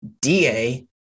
DA